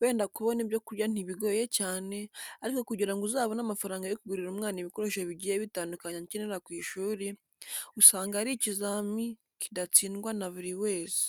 Wenda kubona ibyo kurya ntibigoye cyane, ariko kugira ngo uzabone amafaranga yo kugurira umwana ibikoresho bigiye bitandukanye akenera ku ishuri, usanga ari ikizamini kidatsindwa na buri wese.